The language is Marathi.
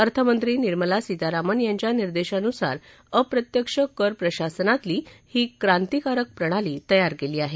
अर्थमंत्री निर्मल सीतारामन यांच्या निर्देशानुसार अप्रत्यक्ष कर प्रशासनातली ही क्रांतीकारक प्रणाली तयार केलेली आहे